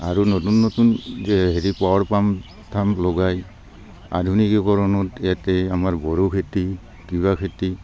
আৰু নতুন নতুন যে হেৰি পাৱাৰ পাম্প চাম্প লগাই আধুনিকীকৰণত ইয়াতে আমাৰ বড়ো খেতি তিৱা খেতি